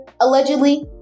allegedly